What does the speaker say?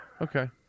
Okay